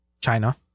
China